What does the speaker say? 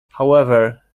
however